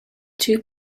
two